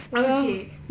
I'm okay